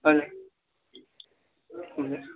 हजुर हुन्छ